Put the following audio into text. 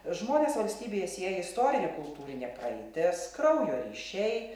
žmones valstybje sieja istorinė kultūrinė praeitis kraujo ryšiai